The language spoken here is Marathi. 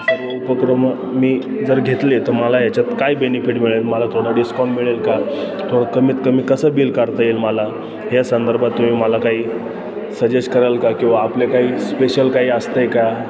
स उपक्रम मी जर घेतले तर मला याच्यात काय बेनिफिट मिळेल मला थोडं डिस्काउंट मिळेल का थोडं कमीत कमी कसं बिल काढता येईल मला या संदर्भात तुम्ही मला काही सजेस्ट कराल का किंवा आपले काही स्पेशल काही असतं आहे का